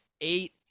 eight